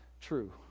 true